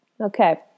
Okay